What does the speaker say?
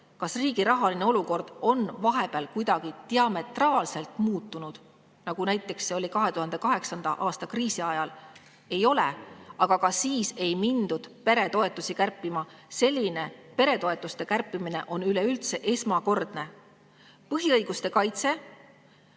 Kas riigi rahaline olukord on vahepeal diametraalselt muutunud, nagu see oli näiteks 2008. aasta kriisi ajal? Ei ole. Aga ka siis ei mindud peretoetusi kärpima. Selline peretoetuste kärpimine on üleüldse esmakordne. Põhiõiguste kaitse